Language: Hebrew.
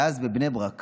ואז בבני ברק